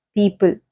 people